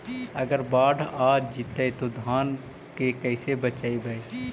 अगर बाढ़ आ जितै तो धान के कैसे बचइबै?